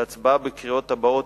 שהצבעה בקריאות הבאות,